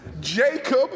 Jacob